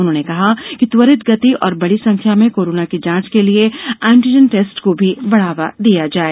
उन्होंने कहा कि त्वरित गति और बड़ी संख्या में कोरोना की जांच करने के लिए एंटीजन टेस्ट को भी बढ़ावा दिया जाये